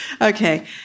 Okay